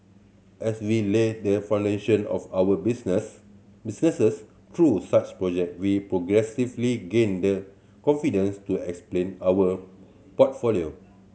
as we laid the foundation of our business businesses through such project we progressively gained the confidence to explain our portfolio